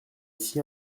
ici